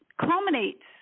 culminates